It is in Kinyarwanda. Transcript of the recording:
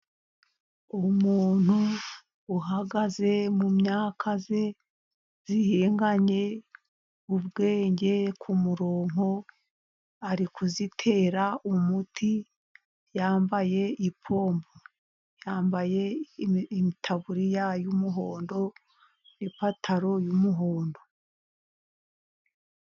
Umuntu uhagaze mu myaka ye ihinganye ubwenge kumurongo, arikuyitera umuti yambaye ipompo, yambaye itaburiya y'umuhondo, n'ipantaro y'umuhondo